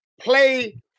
play